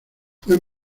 fue